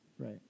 Right